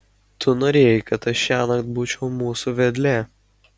tu norėjai kad aš šiąnakt būčiau mūsų vedlė